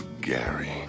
Gary